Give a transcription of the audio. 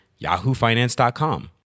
yahoofinance.com